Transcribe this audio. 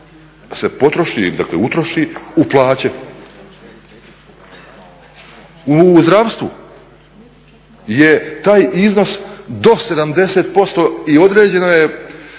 se potroši, dakle utroši u plaće. U zdravstvu je taj iznos do 70% i određeno je